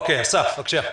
אסף, בבקשה.